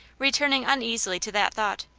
returning uneasily to that thought.